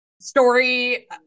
story